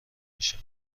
میشم